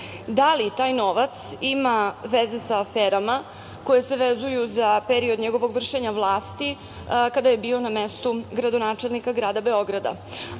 Da li taj novac ima veze sa aferama koje se vezuju za period njegovog vršenja vlasti kada je bio na mestu gradonačelnika grada Beograda?